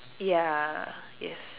ya yes